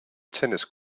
tennis